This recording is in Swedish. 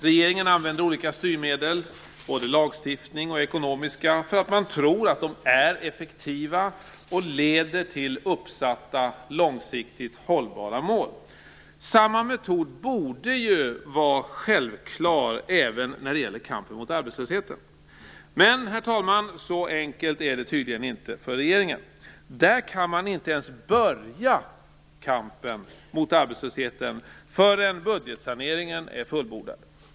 Regeringen använder olika styrmedel - både via lagstiftning och ekonomiska styrmedel - i tro att de är effektiva och leder till uppsatta långsiktigt hållbara mål. Samma metod borde ju vara självklar även när det gäller kampen mot arbetslösheten. Men, herr talman, så enkelt är det tydligen inte för regeringen. Den kan inte ens börja kampen mot arbetslösheten förrän budgetsaneringen är fullbordad.